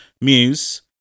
Muse